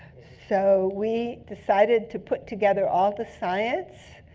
so we decided to put together all the science.